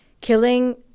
killing